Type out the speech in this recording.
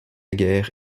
guerre